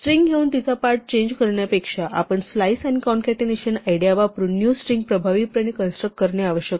string घेऊन तिचा part change करण्यापेक्षा आपण स्लाइस आणि कॉन्कॅटेनेशनची आयडिया वापरून न्यू स्ट्रिंग प्रभावीपणे कंस्ट्रक्ट करणे आवश्यक आहे